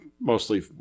mostly